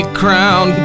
crown